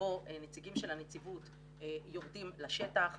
שבו נציגים של הנציבות יורדים לשטח,